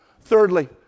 Thirdly